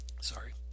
sorry